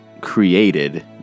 created